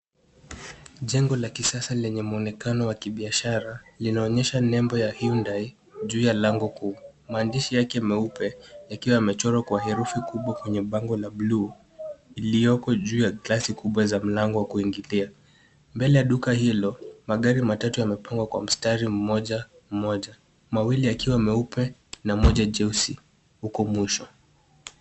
Jengo la kisasa lenye muonekano wa kibiashara linaonyesha nembo ya Hyundai juu ya lango kuu. Maandishi yake meupe yakiwa yamechorwa Kwa herufi kubwa kwenye bango buluu iliyoko Juu ya glasi kubwa za mlango WA kuingia. Mbele ya Duka Hilo, magari matatu yamepangwa kwa mstari mmoja mawili yakiwa mweupe na moja mweusi huko mwisho.